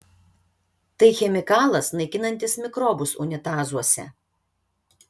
tai chemikalas naikinantis mikrobus unitazuose